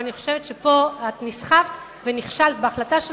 אבל אני חושבת שפה נסחפת ונכשלת בהחלטה שלך,